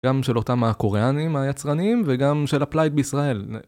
גם של אותם הקוריאנים היצרניים, וגם של אפלייד בישראל.